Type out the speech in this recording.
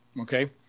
okay